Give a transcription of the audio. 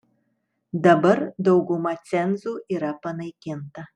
dabar dauguma cenzų yra panaikinta